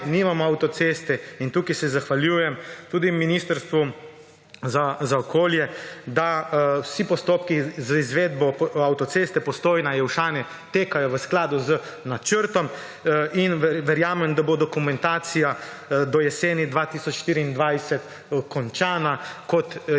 nimamo avtoceste in tukaj se zahvaljujem tudi Ministrstvu za okolje, da vsi postopki za izvedbo avtoceste Postojna–Jelšane potekajo v skladu z načrtom, in verjamem, da bo dokumentacija do jeseni 2024 končana, kot je bilo